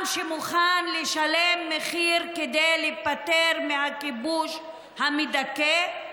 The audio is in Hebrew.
עם שמוכן לשלם מחיר כדי להיפטר מהכיבוש המדכא,